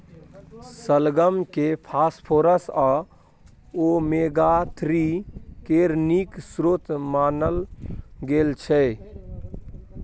शलगम केँ फास्फोरस आ ओमेगा थ्री केर नीक स्रोत मानल गेल छै